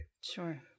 Sure